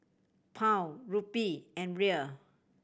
Pound Rupee and Riel